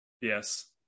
Yes